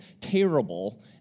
terrible